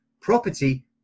Property